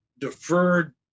deferred